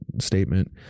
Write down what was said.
statement